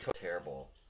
Terrible